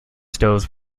stoves